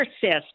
persist